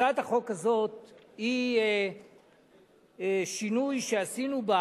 הצעת החוק הזאת היא שינוי שעשינו בה,